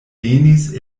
venis